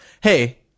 Hey